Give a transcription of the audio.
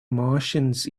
martians